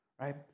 Right